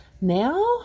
now